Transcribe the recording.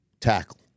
tackle